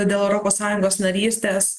dėl europos sąjungos narystės